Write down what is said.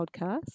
podcast